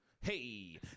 Hey